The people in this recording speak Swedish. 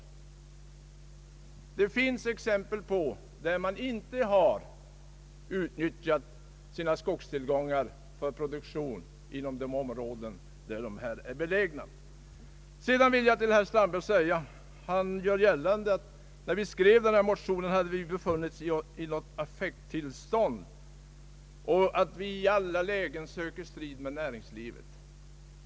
Det finns exempel på att man inte utnyttjat sina skogstillgångar inom de områden där de är belägna. Herr Strandberg gör gällande att vi skulle ha befunnit oss i ett affekttillstånd när vi skrev denna motion och att vi i alla lägen söker strid med näringslivet.